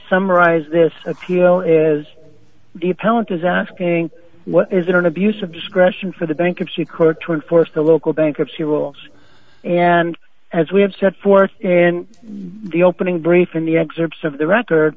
summarize this appeal is the pilot is asking what is an abuse of discretion for the bankruptcy court to enforce the local bankruptcy rules and as we have set forth in the opening brief in the excerpts of the record